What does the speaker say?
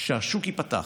שהשוק ייפתח.